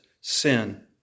sin